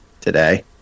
today